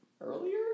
earlier